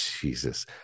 Jesus